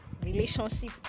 relationship